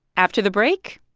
after the break,